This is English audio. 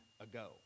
ago